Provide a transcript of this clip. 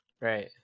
Right